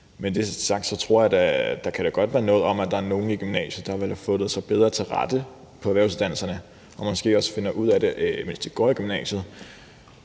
Med det sagt tror jeg da godt, at der kan være noget om, at der er nogle i gymnasiet, som ville have fundet sig bedre til rette på erhvervsuddannelserne, og som måske også finder ud af det, mens de går i gymnasiet.